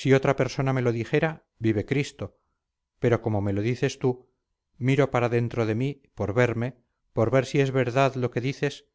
si otra persona me lo dijera vive cristo pero como me lo dices tú miro para dentro de mí por verme por ver si es verdad lo que dices